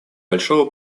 большого